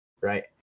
right